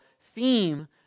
theme